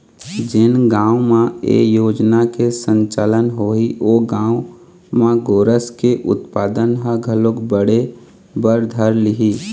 जेन गाँव म ए योजना के संचालन होही ओ गाँव म गोरस के उत्पादन ह घलोक बढ़े बर धर लिही